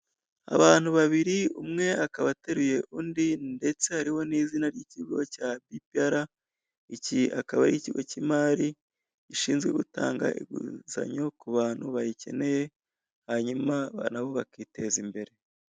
Abantu babiri umwe akaba ateruye undi ndetse hariho n'izina ry'ikigo cya Bpr iki akaba ari ikigo kimari gishinzwe gutanga inguzanyo ku bantu bayikeneye hanyuma nabo bakiteza imbere.